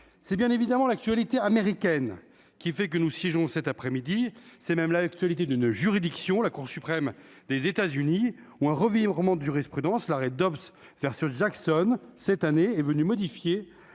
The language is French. c'est bien évidemment l'actualité américaine qui fait que nous siégeons cet après-midi, c'est même l'actualité d'une juridiction, la Cour suprême des États-Unis ou un revirement de jurisprudence, l'arrêt d'Obs vers ce Jackson cette année est venu modifier